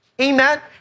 Amen